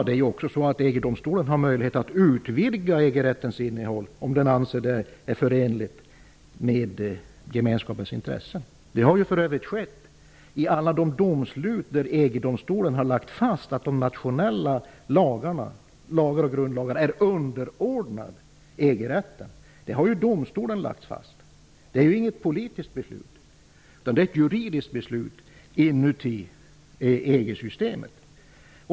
Det är också så att EG-domstolen har möjlighet att utvidga EG rättens innehåll, om den anser att det är förenligt med gemenskapens intressen. Det har för övrigt skett i alla de domslut där EG-domstolen har lagt fast att de nationella lagarna och grundlagarna är underordnade EG-rätten. Det har domstolen lagt fast -- det är inte ett politiskt utan ett juridiskt beslut inom ramen för EG-systemet.